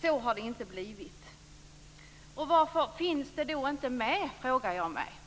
Så har det dock inte blivit. Varför finns det då inte med? frågar jag mig.